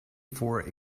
for